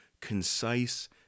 concise